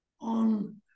on